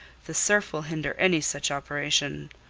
the surf will hinder any such operation.